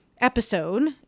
episode